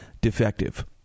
defective